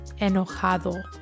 Enojado